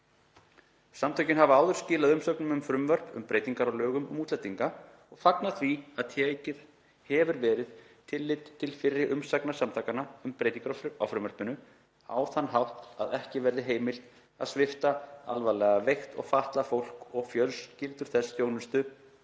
Samtökin hafa áður skilað umsögnum um frumvörp um breytingar á lögum um útlendinga og fagna því að tekið hefur verið tillit til fyrri umsagna samtakanna um breytingar á frumvarpinu á þann hátt að ekki verði heimilt að svipta alvarlega veikt og fatlað fólk og fjölskyldur þess þjónustu